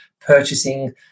purchasing